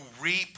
reap